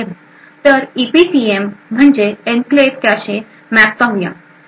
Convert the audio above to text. तर ईपीसीएम म्हणजे enclave cache map पाहूया